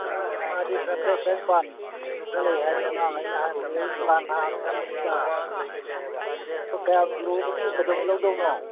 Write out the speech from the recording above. ꯑꯦ ꯃꯥꯗꯤ ꯆꯥꯇꯔꯦꯠ ꯆꯥꯅꯤꯄꯥꯜꯗ ꯂꯩ ꯍꯥꯏꯕꯅꯤ ꯑꯉꯥꯡꯉꯩꯅ ꯍꯥꯏꯔꯝꯕꯅꯤ ꯑꯩ ꯗꯨꯀꯥꯟ ꯉꯥꯍꯥꯛ ꯁꯪꯕꯅꯤꯗ ꯀꯌꯥꯝ ꯂꯨꯍꯣꯡꯕꯒꯤ ꯀꯩꯗꯧꯉꯩ ꯂꯧꯗꯧꯅꯣ